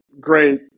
great